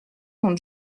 dont